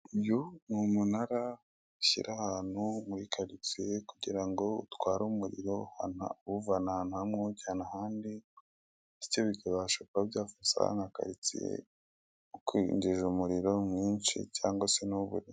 Uyu ni umunara ushyira ahantu muri karitsiye kugira ngo utware umuriro uwuvana ahantu hamwe uwujyana ahandi, bityo bikabasha kuba byafasha nka karitsiye kwiyongeza umuriro mwinshi cyangwa se ntubure.